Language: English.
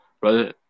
brother